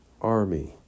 army